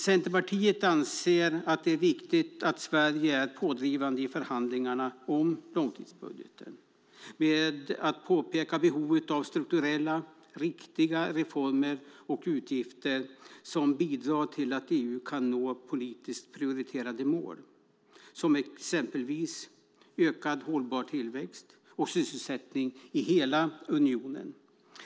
Centerpartiet anser att det är viktigt att Sverige är pådrivande i förhandlingarna om långtidsbudgeten när det gäller att påpeka behovet av strukturella riktiga reformer och utgifter som bidrar till att EU kan nå politiskt prioriterade mål, som exempelvis ökad hållbar tillväxt och sysselsättning i hela unionen.